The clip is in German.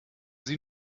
sie